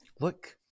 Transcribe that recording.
Look